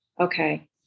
okay